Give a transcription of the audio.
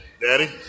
Daddy